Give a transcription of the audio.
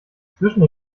zwischen